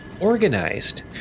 organized